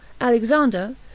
alexander